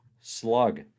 slug